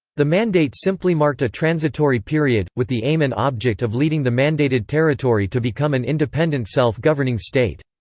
the mandate simply marked a transitory period, with the aim and object of leading the mandated territory to become an independent self-governing state.